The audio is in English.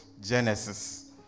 Genesis